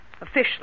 Officially